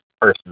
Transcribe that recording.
person